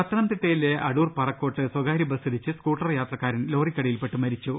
പത്തനംതിട്ടയിലെ അടൂർ പറക്കോട്ട് സ്വകാര്യ ബസ്സിടിച്ച് സ്കൂട്ടർ യാത്രക്കാരൻ ലോറിക്കടിയിൽപ്പെട്ട് മരിച്ചു